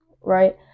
right